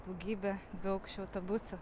daugybė dviaukščių autobusų